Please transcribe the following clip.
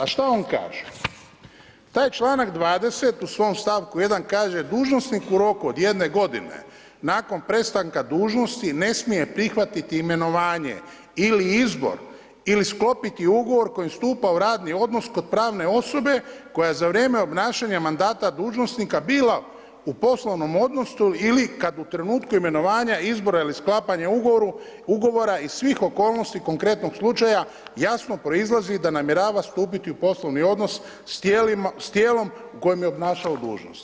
A šta on kaže, taj članak 20. u svom stavku 1. kaže „Dužnosnik u roku od jedne godine nakon prestanka dužnosti ne smije prihvatiti imenovanje ili izbor ili sklopiti ugovor kojim stupa u radni odnos kod pravne osobe koja za vrijeme obnašanja mandata dužnosnika bila u poslovnom odnosu ili u kada u trenutku imenovanja izbora ili sklapanja ugovora i svih okolnosti konkretnog slučaja jasno proizlazi da namjerava stupiti u poslovni odnos s tijelom u kojem je obnašao dužnost“